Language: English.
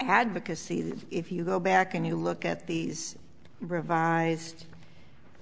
advocacy if you go back and you look at these revised